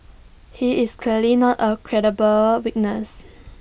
he is clearly not A credible witness